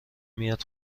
میاد